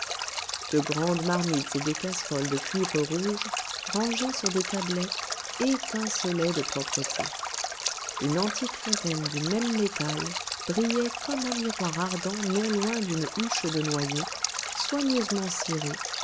de grandes marmites et des casseroles de cuivre rouge rangées sur des tablettes étincelaient de propreté une antique fontaine du même métal brillait comme un miroir ardent non loin d'une huche de noyer soigneusement cirée